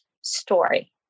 story